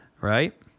right